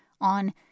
on